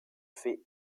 fait